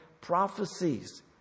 prophecies